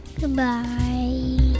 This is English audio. Goodbye